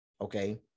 Okay